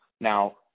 Now –